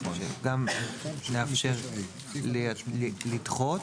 גם נאפשר לדחות.